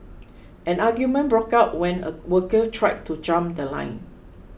an argument broke out when a worker tried to jump The Line